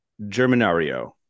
Germanario